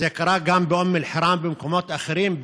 זה קרה גם באום אלחיראן ובמקומות אחרים,